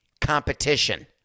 competition